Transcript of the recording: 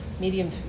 medium